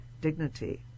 dignity